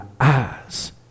eyes